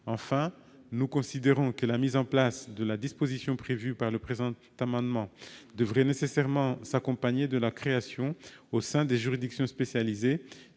Enfin, nous considérons que la mise en place de la disposition prévue dans le présent amendement devrait nécessairement s'accompagner de la création, au sein des juridictions spécialisées,